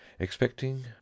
expecting